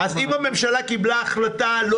--- אז אם הממשלה קיבלה החלטה לא